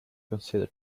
consider